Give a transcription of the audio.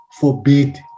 forbid